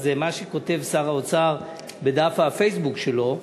אז מה שכותב שר האוצר בדף הפייסבוק שלו,